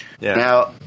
Now